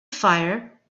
fire